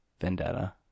Vendetta